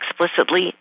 explicitly